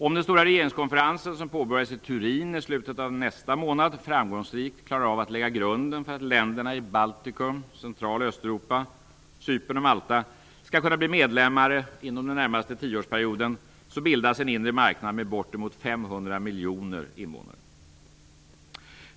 Om den stora regeringskonferensen som påbörjas i Turin i slutet av nästa månad framgångsrikt klarar av att lägga grunden för att länderna i Baltikum och Central och Östeuropa samt Cypern och Malta skall kunna bli medlemmar inom den närmaste tioårsperioden bildas en inre marknad med bortemot 500 miljoner invånare.